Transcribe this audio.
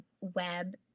web